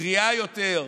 בריאה יותר,